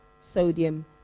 sodium